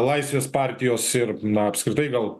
laisvės partijos ir na apskritai gal